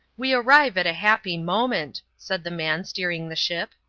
we arrive at a happy moment, said the man steering the ship.